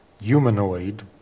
humanoid